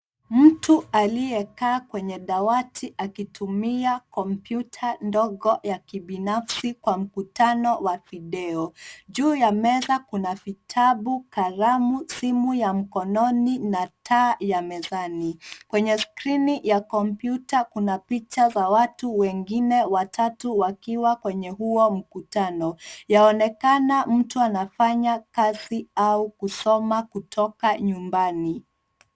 Mtu aliyekaa kwenye dawati akitumia komputa ndogo ya kibinafsi kwa mkutano wa video. Juu ya meza kuna vitabu, kalamu, simu ya mkononi na taa ya mezani. Kwenye skrini ya komputa kuna picha za watu wengine watatu wakiwa kwenye huo mkutano. Yaonekana mtu anafanya kazi au kusoma kutoka nyumbani.